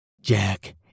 Jack